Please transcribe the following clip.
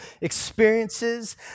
experiences